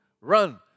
run